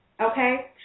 Okay